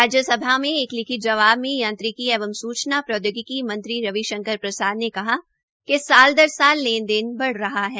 राज्य सभा में एक लिखित जवाब में यांत्रिकी एवं सूचना प्रौद्योगिकी मंत्री रवि शंकर प्रसाद ने कहा कि साल दर साल लेने बढ़ रहा है